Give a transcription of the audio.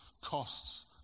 costs